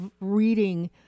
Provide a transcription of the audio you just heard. reading